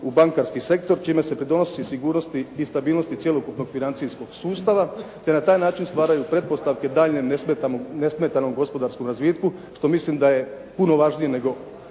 u bankarski sektor čime se pridonosi sigurnosti i stabilnosti cjelokupnog financijskog sustava, te na taj način stvaraju pretpostavke daljnjem nesmetanom gospodarskom razvitku što mislim da je puno važnije nego